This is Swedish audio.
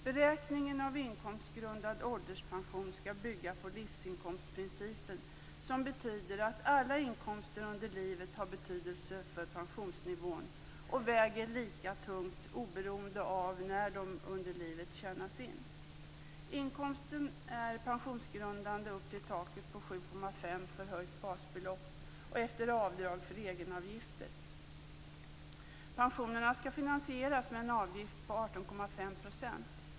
Beräkningen av inkomstgrundad ålderspension skall bygga på livsinkomstprincipen, som betyder att alla inkomster under livet har betydelse för pensionsnivån och väger lika tungt oberoende av när under livet de tjänas in. Pensionerna skall finansieras med en avgift på 18,5 %.